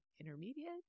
intermediate